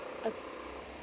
okay